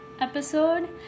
episode